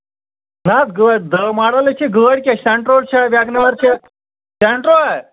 نہ حظ گٲڑۍ دَہ ماڈَلَے چھِ گٲڑۍ کیٛاہ سٮ۪نٛٹرٛو چھا ویگَن آر چھا سٮ۪نٛٹرٛو ہہ